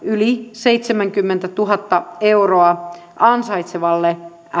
seitsemänkymmentätuhatta euroa ansaitsevalle